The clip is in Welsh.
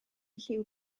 lliw